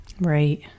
right